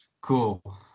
Cool